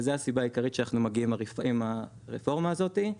וזו הסיבה העיקרית שאנחנו מגיעים עם הרפורמה הזאת.